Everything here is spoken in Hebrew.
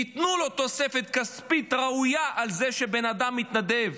תיתנו תוספת כספית ראויה על זה שבן אדם מתנדב